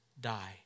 die